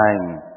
time